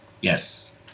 Yes